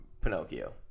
Pinocchio